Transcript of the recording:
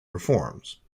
reforms